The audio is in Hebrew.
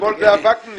אתמול זה היה וקנין.